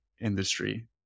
industry